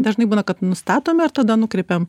dažnai būna kad nustatome ir tada nukreipiam